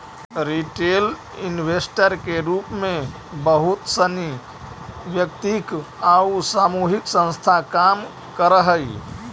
retail investor के रूप में बहुत सनी वैयक्तिक आउ सामूहिक संस्था काम करऽ हइ